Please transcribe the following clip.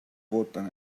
voten